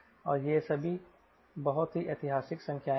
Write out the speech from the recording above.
और ये सभी बहुत ही ऐतिहासिक संख्याएँ हैं